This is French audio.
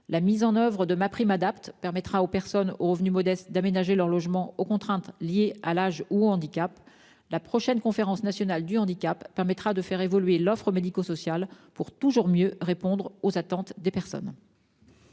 La mise en oeuvre de MaPrimeAdapt'permettra aux personnes aux revenus modestes d'aménager leur logement aux contraintes liées à l'âge ou au handicap. En parallèle, la prochaine Conférence nationale du handicap permettra de faire évoluer l'offre médico-sociale pour toujours mieux répondre aux attentes des personnes.